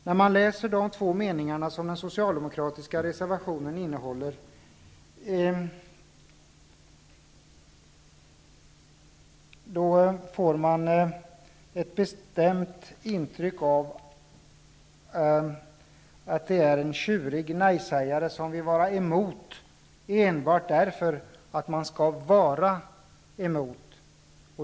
När jag läser de två meningar som den socialdemokratiska reservationen består av, får jag ett bestämt intryck av att det är fråga om en tjurig nej-sägare som vill vara emot enbart därför att man skall vara emot.